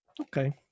Okay